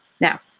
Now